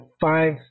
five